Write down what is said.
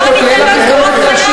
בוא, אני אתן לך את תורת חיי.